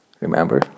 Remember